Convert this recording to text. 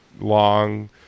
long